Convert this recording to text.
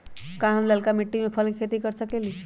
का हम लालका मिट्टी में फल के खेती कर सकेली?